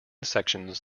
sections